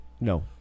No